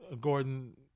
Gordon